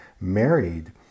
married